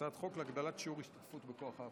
הצעת החוק להגדלת שיעור ההשתתפות בכוח העבודה.